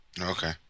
Okay